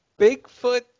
bigfoot